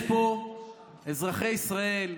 אזרחי ישראל,